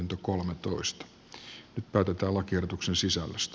nyt päätetään lakiehdotuksen sisällöstä